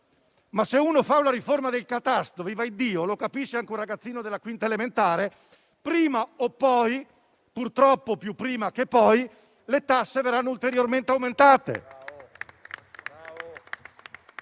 ma se si fa la riforma del catasto - lo capisce anche un ragazzino della quinta elementare - prima o poi (purtroppo più prima, che poi) le tasse verranno ulteriormente aumentate.